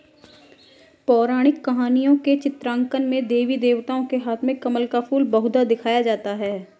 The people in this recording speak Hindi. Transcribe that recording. पौराणिक कहानियों के चित्रांकन में देवी देवताओं के हाथ में कमल का फूल बहुधा दिखाया जाता है